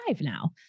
now